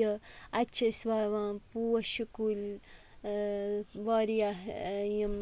یہِ اَتہِ چھِ أسۍ وَوان پوشہٕ کُلۍ واریاہ یِم